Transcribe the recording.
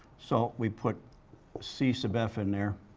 so, we put c sub f in there,